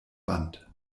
band